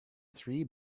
three